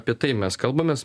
apie tai mes kalbamės